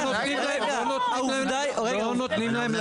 לא,